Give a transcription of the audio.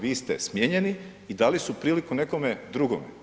Vi ste smijenjeni i dali su priliku nekome drugome.